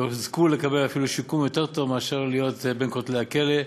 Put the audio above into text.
ויזכו לקבל אפילו שיקום יותר טוב מאשר להיות בין כותלי הכלא.